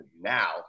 now